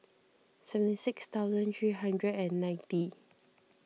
seventy six thousand three hundred and ninety